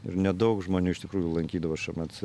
ir nedaug žmonių iš tikrųjų lankydavo šmc